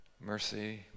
Mercy